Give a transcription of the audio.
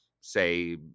say